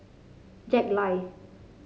Jack Lai